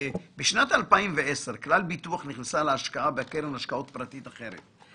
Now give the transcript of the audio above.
בשנת 2010 כלל ביטוח נכנסה להשקעה בקרן השקעות פרטית אחרת.